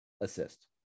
assist